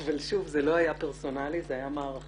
אבל שוב, זה לא היה פרסונלי, זה היה מערכתי,